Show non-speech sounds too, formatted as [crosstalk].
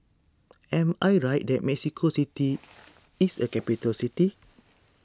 [noise] am I right that Mexico City [noise] is a capital [noise] city